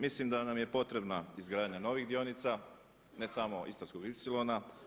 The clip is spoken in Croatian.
Mislim da nam je potreba izgradnja novih dionica, ne samo istarskog ipsilona.